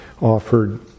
offered